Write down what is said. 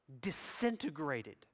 disintegrated